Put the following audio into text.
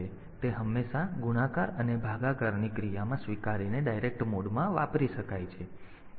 તેથી તે હંમેશા ગુણાકાર અને ભાગાકારની ક્રિયામાં સ્વીકારીને ડાયરેક્ટ મોડમાં વાપરી શકાય છે